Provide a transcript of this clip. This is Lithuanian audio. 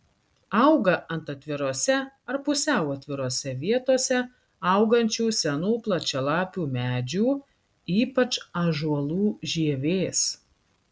auga ant atvirose ar pusiau atvirose vietose augančių senų plačialapių medžių ypač ąžuolų žievės